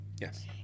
yes